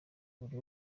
buri